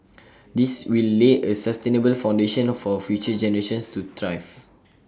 this will lay A sustainable foundation for future generations to thrive